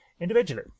individually